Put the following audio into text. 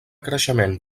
creixement